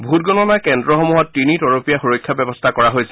ভোটগণনা কেন্দ্ৰসমূহত তিনি তৰপীয়া সুৰক্ষা ব্যৱস্থা কৰা হৈছে